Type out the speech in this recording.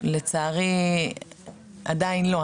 לצערי עדיין לא.